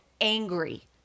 angry